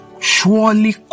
surely